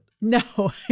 No